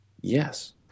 Yes